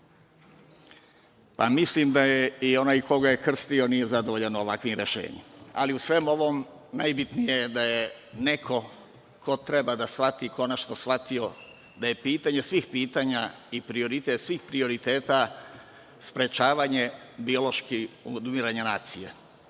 pa mislim da i onaj ko ga je krstio nije zadovoljan ovakvim rešenjem. U svemu ovome, najbitnije je da je neko ko treba da shvati konačno shvatio da je pitanje svih pitanja i prioritet svih prioriteta sprečavanje biološkog odumiranja nacije,